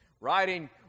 writing